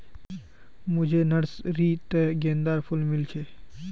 मुझे नर्सरी त गेंदार फूल मिल छे